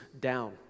down